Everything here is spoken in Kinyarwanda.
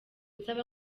nsaba